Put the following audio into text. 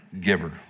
giver